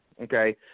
Okay